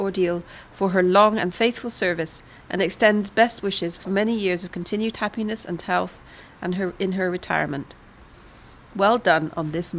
ordeal for her long and faithful service and extends best wishes for many years of continued happiness and health and her in her retirement well done on this